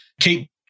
Kate